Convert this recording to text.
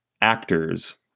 actors